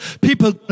people